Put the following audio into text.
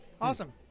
Awesome